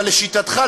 אבל לשיטתך,